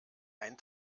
ein